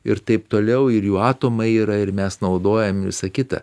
ir taip toliau ir jų atomai yra ir mes naudojam ir visa kita